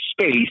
space